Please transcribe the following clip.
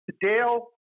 dale